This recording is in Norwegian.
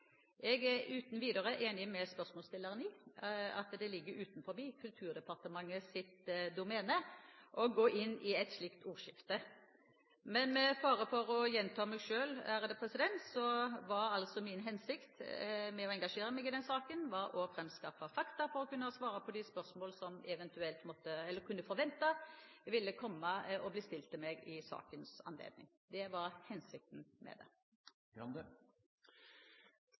Jeg er uten videre enig med spørsmålsstilleren i at det ligger utenfor Kulturdepartementets domene å gå inn i et slikt ordskifte. Men med fare for å gjenta meg selv: Min hensikt med å engasjere meg i den saken var altså å framskaffe fakta for å kunne svare på de spørsmålene en kunne forvente ville bli stilt til meg i sakens anledning. Det var hensikten med